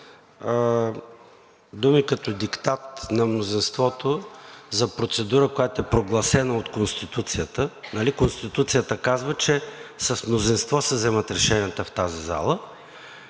думи като „диктат на мнозинството“ за процедура, която е прогласена от Конституцията – нали, Конституцията казва, че с мнозинство се вземат решенията в тази зала,